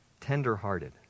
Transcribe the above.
tender-hearted